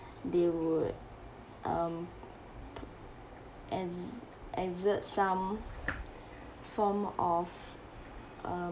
they would um ex~ exert some form of um